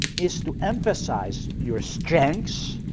is to emphasize your strengths.